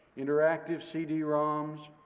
interactive cd-roms,